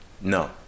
No